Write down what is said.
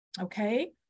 Okay